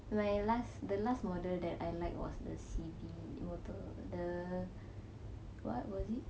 my last the last model that I like was the C_V motor the what was it